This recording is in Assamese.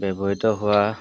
ব্যৱহৃত হোৱা